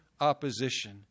opposition